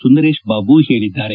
ಸುಂದರೇಶ್ ಬಾಬು ಹೇಳದ್ದಾರೆ